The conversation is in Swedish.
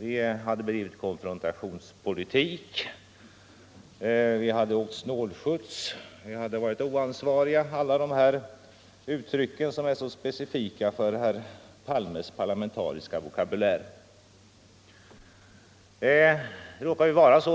Vi hade bedrivit konfrontationspolitik, vi hade åkt snålskjuts, vi hade varit oansvariga — alla de uttryck som är så specifika för herr Palmes parlamentariska vokabukär. Det råkar